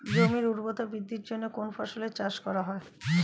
জমির উর্বরতা বৃদ্ধির জন্য কোন ফসলের চাষ করা হয়?